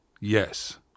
Yes